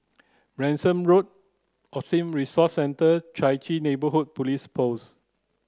Branksome Road Autism Resource Centre Chai Chee Neighbourhood Police Post